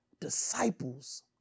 disciples